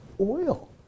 oil